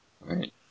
Right